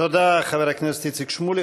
תודה לחבר הכנסת איציק שמולי.